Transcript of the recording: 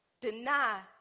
deny